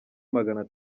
magana